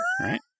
right